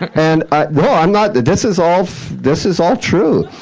and ah no, i'm not this is all this is all true.